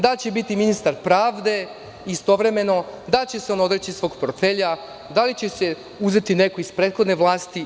Da li će biti ministar pravde istovremeno, da li će se odreći svog portfelja, da li će se uzeti neko iz prethodne vlasti?